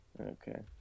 Okay